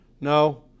No